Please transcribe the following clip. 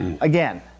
again